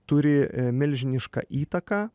turi milžinišką įtaką